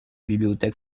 bibliothèque